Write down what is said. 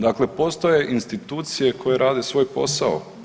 Dakle, postoje institucije koje rade svoj posao.